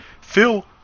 Phil